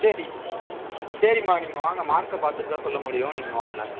சரி சேரம்மா நீங்கள் வாங்க மார்க்கை பார்த்துட்டுதான் சொல்ல முடியும் நீங்கள் வாங்க